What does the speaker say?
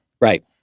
Right